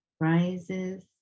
rises